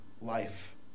life